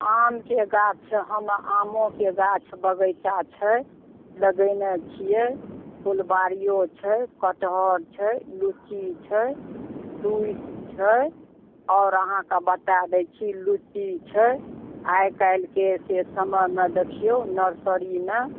आमके गाछ हँ आमोके गाछ बगैचा छै लगेने छिए फुलवारिओ छै कटहर छै लीची छै तुइत छै आओर अहाँके बता दै छी लीची छै आइ काल्हिके से समयमे देखिऔ नर्सरीमे